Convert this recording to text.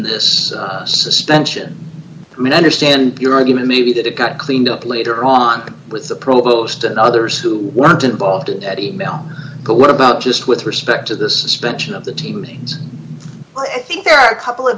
this suspension i mean i understand your argument maybe that it got cleaned up later on with the provost and others who weren't involved at email but what about just with respect to the suspension of the team meetings there are a couple of